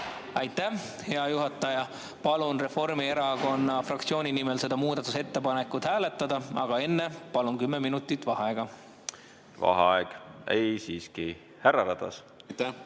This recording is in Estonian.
Aitäh, hea juhataja! Palun Reformierakonna fraktsiooni nimel seda muudatusettepanekut hääletada, aga enne palun kümme minutit vaheaega. Vaheaeg ... Ei, siiski, härra Ratas!